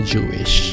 Jewish